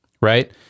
right